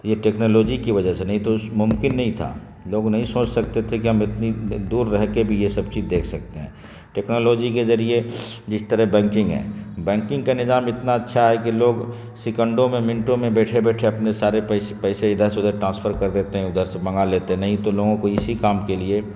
یہ ٹیکنالوجی کی وجہ سے نہیں تو اس ممکن نہیں تھا لوگ نہیں سوچ سکتے تھے کہ ہم اتنی دور رہ کے بھی یہ سب چیز دیکھ سکتے ہیں ٹیکنالوجی کے ذریعے جس طرح بینکنگ ہے بینکنگ کا نظام اتنا اچھا ہے کہ لوگ سکنڈوں میں منٹوں میں بیٹھے بیٹھے اپنے سارے پیسے پیسے ادھر سے ادھر ٹرانسفر کر دیتے ہیں ادھر سے منگا لیتے ہیں نہیں تو لوگوں کو اسی کام کے لیے